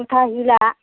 जुथा हिलआ